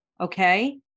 Okay